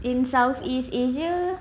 in southeast asia